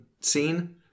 scene